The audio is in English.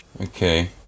Okay